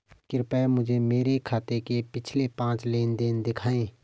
कृपया मुझे मेरे खाते के पिछले पांच लेन देन दिखाएं